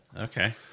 Okay